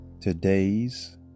Today's